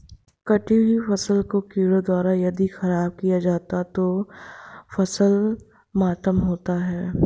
कटी हुयी फसल को कीड़ों द्वारा यदि ख़राब किया जाता है तो फसल मातम होता है